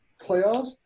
playoffs